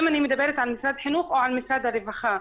אם אני מדברת על משרד החינוך או על משרד הרווחה.